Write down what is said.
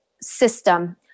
system